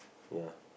ya